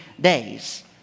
days